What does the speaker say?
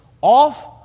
off